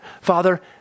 Father